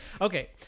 Okay